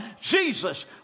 Jesus